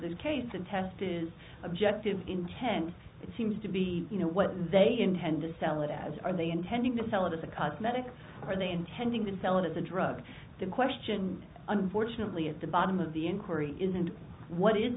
this case the test is objective intent it seems to be what they intend to sell it as are they intending to sell it as a cosmetic or they intending to sell it as a drug the question unfortunately at the bottom of the inquiry isn't what i